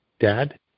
Dad